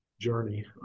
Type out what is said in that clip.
journey